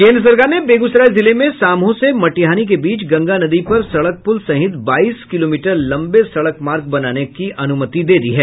केन्द्र सरकार ने बेगूसराय जिले में सामहो से मटिहानी के बीच गंगा नदी पर सड़क पुल सहित बाईस किलोमीटर लंबे सड़क मार्ग बनाने की अनुमति दे दी है